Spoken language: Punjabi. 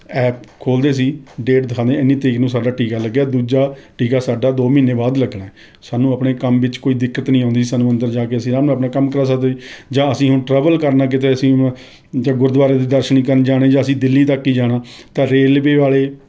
ਐਪ ਖੋਲ੍ਹਦੇ ਸੀ ਡੇਟ ਦਿਖਾਉਂਦੇ ਇੰਨੀ ਤਰੀਕ ਨੂੰ ਸਾਡਾ ਟੀਕਾ ਲੱਗਿਆ ਦੂਜਾ ਟੀਕਾ ਸਾਡਾ ਦੋ ਮਹੀਨੇ ਬਾਅਦ ਲੱਗਣਾ ਹੈ ਸਾਨੂੰ ਆਪਣੇ ਕੰਮ ਵਿੱਚ ਕੋਈ ਦਿੱਕਤ ਨਹੀਂ ਆਉਂਦੀ ਸਾਨੂੰ ਅੰਦਰ ਜਾ ਕੇ ਅਸੀਂ ਅਰਾਮ ਨਾਲ ਆਪਣਾ ਕੰਮ ਕਰਵਾ ਸਕਦੇ ਸੀ ਜਾਂ ਅਸੀਂ ਹੁਣ ਟਰੈਵਲ ਕਰਨਾ ਕਿਤੇ ਅਸੀਂ ਜਾਂ ਗੁਰਦੁਆਰੇ ਦੇ ਦਰਸ਼ਨ ਹੀ ਕਰਨ ਜਾਣੇ ਜਾਂ ਅਸੀਂ ਦਿੱਲੀ ਤੱਕ ਹੀ ਜਾਣਾ ਤਾਂ ਫਿਰ ਰੇਲਵੇ ਵਾਲੇ